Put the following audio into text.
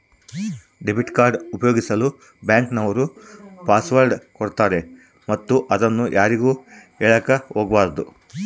debit card ಉಪಯೋಗಿಸಲು bank ನವರು password ಕೊಡ್ತಾರೆ ಮತ್ತು ಅದನ್ನು ಯಾರಿಗೂ ಹೇಳಕ ಒಗಬಾರದು